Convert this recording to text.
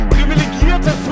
Privilegierte